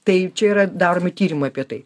tai čia yra daromi tyrimai apie tai